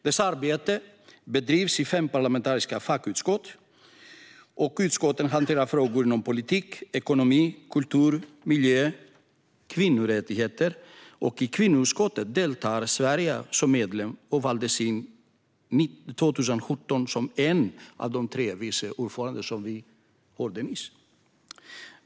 Dess arbete bedrivs i fem parlamentariska fackutskott. Utskotten hanterar frågor inom politik, ekonomi, kultur, miljö och kvinnorättigheter. I kvinnoutskottet deltar Sverige som medlem och valdes 2017 in som en av tre vice ordförande, som vi hörde nyss.